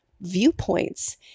viewpoints